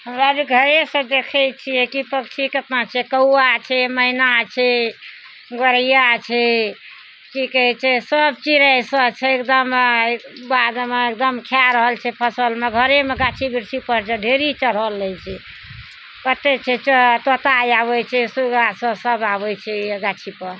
हमरा जे घरेसँ देखय छियै की पक्षी केतना छै कौआ छै मैना छै गोरैया छै की कहय छै सब चिड़य सब छै एकदम बागमे एकदम खाइ रहल छै फसलमे घरेमे गाछी बिरछीपर जे ढेरी चढ़ल रहय छै कते छै तोता आबय छै सुग्गा सब सब आबय छै गाछीपर